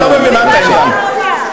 אתם חייבים לתת לו דין-וחשבון.